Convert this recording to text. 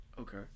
okay